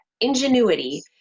ingenuity